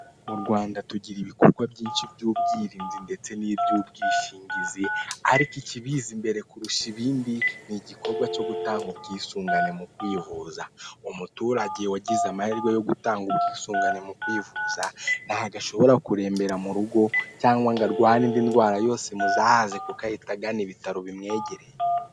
u Rwanda tugira ibikorwa byinshi by'ubwirinzi ndetse n'iby'ubwishinginzi, ariko ikibiza imbere kurusha ibindi, ni igikorwa cyo gutanga ubwisungane mu kwivuza, umuturage wagize amahirwe yo gutanga ubwisungane mu kwivuza ntabwo ashobora kurembera mu rugo, cyangwa ngo arware indi ndwara yose imuzahaze kuko ahita agana ibitaro bimwegereye.